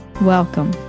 Welcome